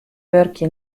wurkje